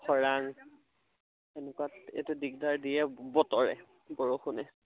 খৰাং এনেকুৱাত এইটো দিগদাৰ দিয়ে বতৰে বৰষুণে